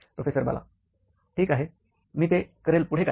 professor Bala ठीक आहे मी ते करेल पुढे काय